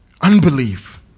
unbelief